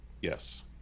Yes